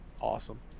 awesome